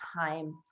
time